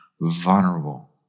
vulnerable